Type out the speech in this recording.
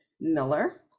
Miller